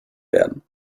werden